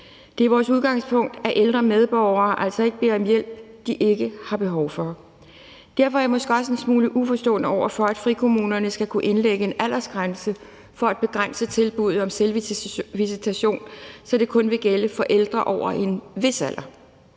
Det er vores udgangspunkt, at ældre medborgere altså ikke beder om hjælp, de ikke har behov for. Derfor er jeg måske også en smule uforstående over for, at frikommunerne skal kunne indlægge en aldersgrænse for at begrænse tilbuddet om selvvisitation, så det kun vil gælde for ældre over en vis alder.